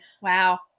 Wow